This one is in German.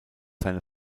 seine